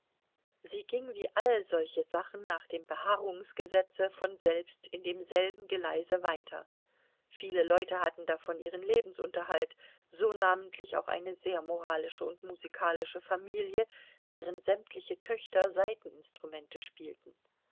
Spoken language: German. sie ging wie all solche sachen nach dem beharrungsgesetze von selbst in demselben geleise weiter viele leute hatten davon ihren lebensunterhalt so namentlich auch eine sehr moralische und musikalische familie deren sämtliche töchter saiteninstrumente spielten